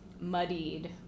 muddied